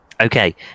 Okay